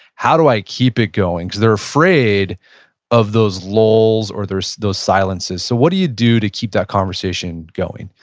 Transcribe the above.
how do i keep it going because they're afraid of those lulls or those silences. so what do you do to keep that conversation going?